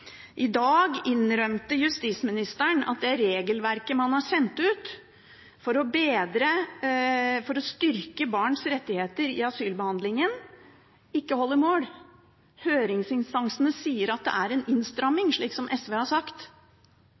I dag innrømte justisministeren at det regelverket man har sendt ut for å styrke barns rettigheter i asylbehandlingen, ikke holder mål. Høringsinstansene sier at det er en innstramming, slik som SV har sagt.